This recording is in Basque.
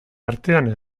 artean